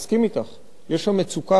יש הבדל בין פליטים למסתננים, יש